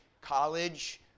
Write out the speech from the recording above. college